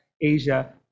Asia